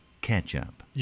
ketchup